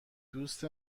دوست